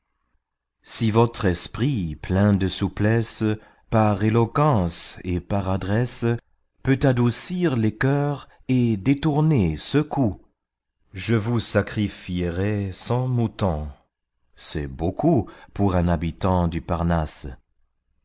si votre esprit plein de souplesse par éloquence et par adresse peut adoucir les cœurs et détourner ce coup je vous sacrifierai cent moutons c'est beaucoup pour un habitant du parnasse